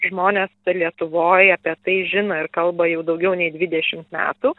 žmonės lietuvoj apie tai žino ir kalba jau daugiau nei dvidešimt metų